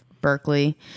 Berkeley